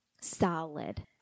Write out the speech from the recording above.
solid